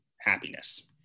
happiness